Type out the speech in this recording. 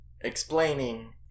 explaining